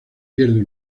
pierde